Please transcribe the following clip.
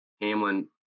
Hamlin